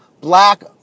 black